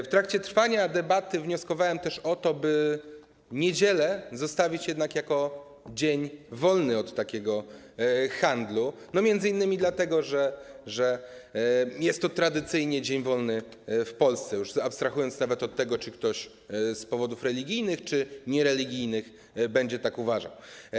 W trakcie trwania debaty wnioskowałem też o to, by zostawić niedziele jednak jako dzień wolny od takiego handlu, m.in. dlatego, że jest to tradycyjnie dzień wolny w Polsce, już nawet abstrahując od tego, czy ktoś z powodów religijnych czy niereligijnych będzie tak uważał.